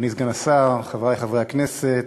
אדוני סגן השר, חברי חברי הכנסת,